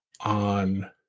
on